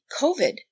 COVID